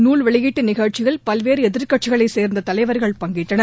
நால் வெளியீட்டு நிகழ்ச்சியில் பல்வேறு எதிர்க்கட்சிகளைச் சேர்ந்த தலைவர்கள் பங்கேற்றனர்